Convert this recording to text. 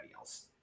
else